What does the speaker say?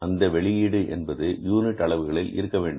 அந்த வெளியீடு என்பது யூனிட் அளவுகளில் இருக்க வேண்டும்